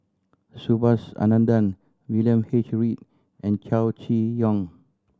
Subhas Anandan William H Read and Chow Chee Yong